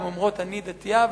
הן אומרות: אני דתייה,